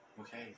Okay